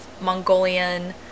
Mongolian